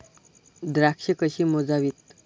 द्राक्षे कशी मोजावीत?